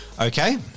Okay